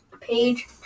page